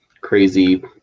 crazy